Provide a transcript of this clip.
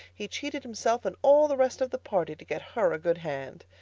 he cheated himself and all the rest of the party to get her a good hand.